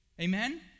Amen